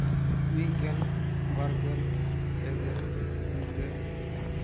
ᱢᱤᱫ ᱜᱮᱞ ᱵᱟᱨ ᱜᱮᱞ ᱯᱮ ᱜᱮᱞ ᱯᱩᱱ ᱜᱮᱞ